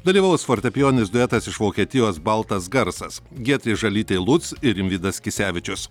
dalyvaus fortepijoninis duetas iš vokietijos baltas garsas giedrė žalytė lutz ir rimvydas kisevičius